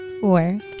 four